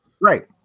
Right